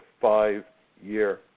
five-year